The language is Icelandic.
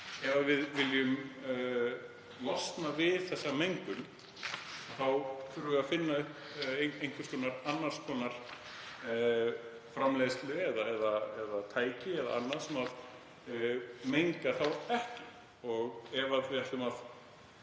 Ef við viljum losna við þessa mengun þá þurfum við að finna upp annars konar framleiðslu eða tæki eða annað sem menga ekki. Ef við ætlum að